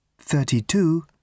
thirty-two